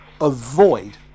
avoid